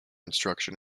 instructor